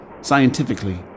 Scientifically